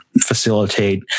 facilitate